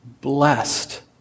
blessed